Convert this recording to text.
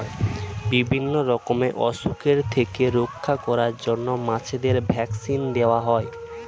বিভিন্ন রকমের অসুখের থেকে রক্ষা করার জন্য মাছেদের ভ্যাক্সিন দেওয়া হয়